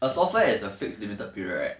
a software is a fixed limited period right